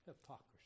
hypocrisy